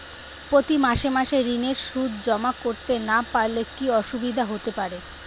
প্রতি মাসে মাসে ঋণের সুদ জমা করতে না পারলে কি অসুবিধা হতে পারে?